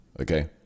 okay